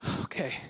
okay